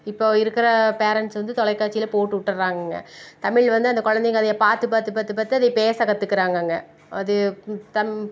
இப்போ இருக்கிற பேரன்ட்ஸ் வந்து தொலைக்காட்சியில் போட்டு விட்டுர்றாங்கங்க தமிழ் வந்து அந்த குழந்தைகள் அதை பார்த்து பார்த்து பார்த்து பார்த்து அதை பேச கற்றுக்கிறாங்கங்க அது தம்